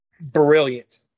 Brilliant